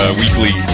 weekly